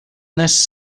this